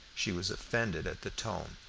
she was offended at the tone.